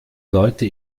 leute